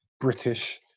British